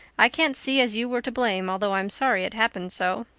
i can't see as you were to blame although i'm sorry it happened so.